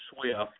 Swift